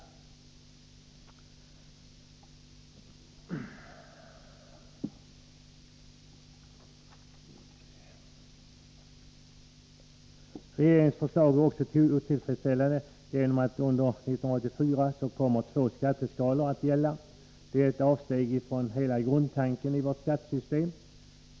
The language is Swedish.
Regeringsförslaget är otillfredsställande också därigenom att under 1984 kommer två skatteskalor att gälla. Detta är ett avsteg från hela grundtanken i vårt skattesystem.